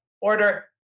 order